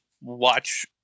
watch